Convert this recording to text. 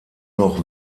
noch